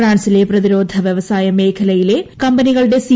ഫ്രാൻസിള്ലപ്രതീരോധ വ്യവസായ മേഖലയിലെ കമ്പനികളുടെ സി